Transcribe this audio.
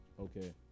Okay